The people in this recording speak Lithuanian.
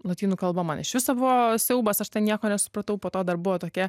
lotynų kalba man iš viso buvo siaubas aš ten nieko nesupratau po to dar buvo tokia